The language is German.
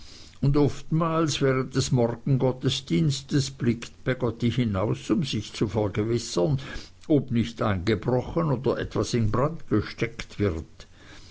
und oftmals während des morgengottesdienstes blickt peggotty hinaus um sich zu vergewissern ob nicht eingebrochen oder etwas in brand gesteckt wird